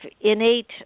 innate